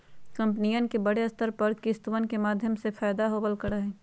कम्पनियन के बडे स्तर पर किस्तवन के माध्यम से फयदा होवल करा हई